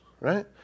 Right